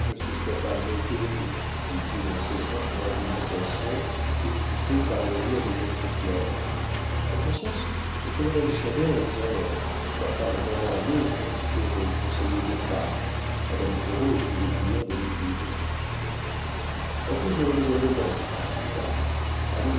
ne se soit pas moqué de nous dit-il en cessant son argumentation étouffée par le rire des autres clercs en conscience le colonel chabert est bien mort sa femme est remariée au comte ferraud conseiller d'état madame ferraud est une des clientes de l'étude la cause est remise à demain